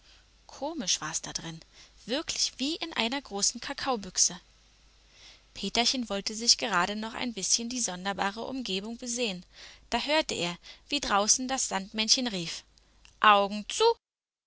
komisch war's da drin wirklich wie in einer großen kakaobüchse peterchen wollte sich gerade noch ein bißchen diese sonderbare umgebung besehen da hörte er wie draußen das sandmännchen rief augen zu